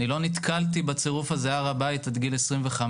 לא נתקלתי בצירוף הזה "הר הבית" עד גיל 25,